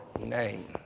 name